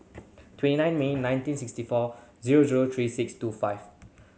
twenty nine May nineteen sixty four zero zero three six two five